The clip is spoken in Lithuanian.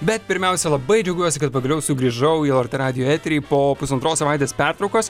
bet pirmiausia labai džiaugiuosi kad pagaliau sugrįžau į lrt radijo eterį po pusantros savaitės pertraukos